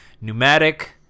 pneumatic